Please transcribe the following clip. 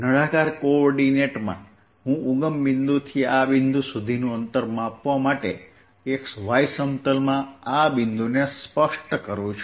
નળાકાર કોઓર્ડિનેટ્સમાં હું ઉગમ બિંદુથી આ બિંદુ સુધીનું અંતર માપવા માટે xy સમતલમાં આ બિંદુને સ્પષ્ટ કરું છું